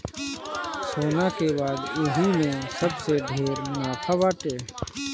सोना के बाद यही में सबसे ढेर मुनाफा बाटे